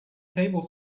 table